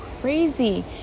crazy